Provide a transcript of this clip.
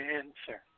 answer